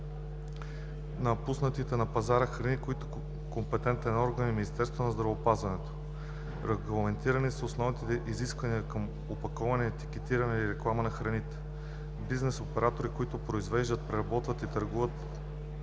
на пуснатите на пазара храни, за които компетентен орган е Министерството на здравеопазването. Регламентирани са основните изисквания към опаковането, етикетирането и рекламата на храните. Бизнес операторите, които произвеждат, преработват и търгуват